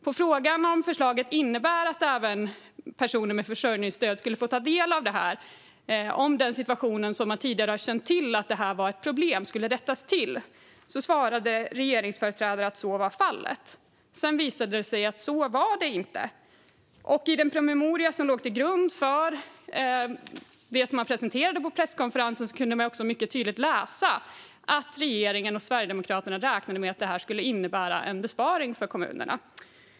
På frågan om förslaget innebar att personer med försörjningsstöd skulle få ta del av det här och om den situation som man tidigare känt till var ett problem skulle rättas till svarade regeringsföreträdare att så var fallet. Sedan visade det sig att så var det inte. I den promemoria som låg till grund för det man presenterade på presskonferensen kunde man också mycket tydligt läsa att regeringen och Sverigedemokraterna räknade med att det här skulle innebära en besparing för kommunerna.